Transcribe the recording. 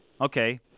Okay